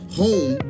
home